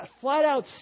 flat-out